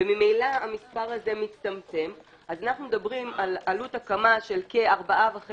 וממילא המספר הזה מצטמצם אז אנחנו מדברים על עלות הקמה של כ-4.5